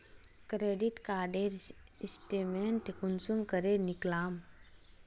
Credit कार्डेर statement कुंसम करे निकलाम?